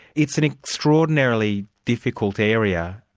it's an extraordinarily difficult area,